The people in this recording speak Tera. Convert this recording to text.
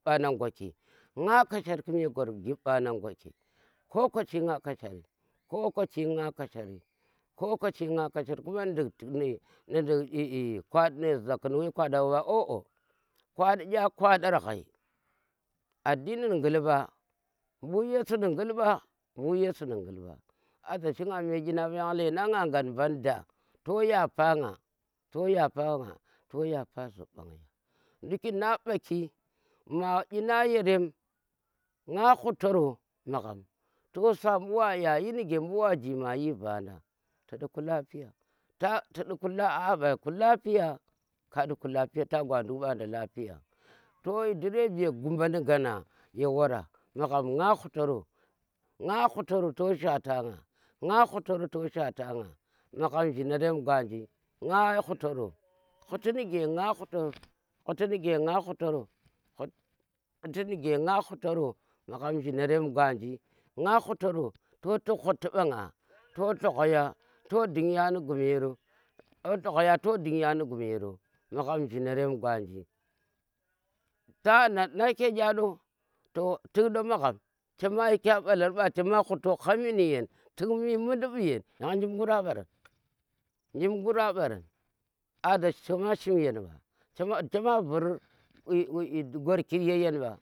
Mba nang gwaki koh kwaci nga kashari ko kwaci nga kashari kuma nizi za ki nduk shi kwaɗon ɓa oh oh kwaɗe ɗa kwaɗor ghai, addini ni ngil ɓa. mbu yesu ni ngil ɓa, ɓuri yesu ni ngil ɓa, aza shi nga me ina ɓa yang lendan nga gam mɓan da to yapa nga. to yapa nga, to yapa nga, to yapa zop mbana nduki ni a ɓaki ma ina yarem nga hutoro maghom toh sa ɓu wa yayi nige waji ma yir vaa nda tiɗi ku lafiya, tidi ku lapiya a a mba ku lafiya ta gwa nduk ɓa lafiya, toyi direbe goma nii gana ya wara magham nga hutoro, nga huturo to shata nga, nga hutoro to shata nga magham jhinarem gwanji nga hutoro, huti inige nga hutoro huti nuga nga hutoro magham jhinarem gwanji nga hutoro to tik huti mba nga to logha ya to dunya nu gumero ta na nake chin do to tik do magham chema yi ka mbalar mba chema huto hami nuyen yan jum ngur a mbaran jum gur a mbaran ada chema shim yen mba ada chema, chema vur gwarkir ye yen mba.